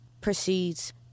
proceeds